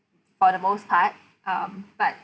for the most part um but